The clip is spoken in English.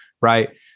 Right